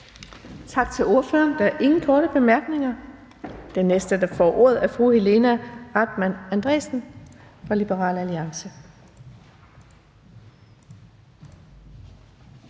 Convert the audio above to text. Tak til ordføreren. Der er ingen korte bemærkninger. Den næste, der får ordet, er fru Helena Artmann Andresen fra Liberal Alliance.